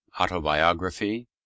Autobiography